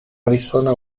arizona